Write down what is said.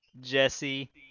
Jesse